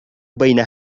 بين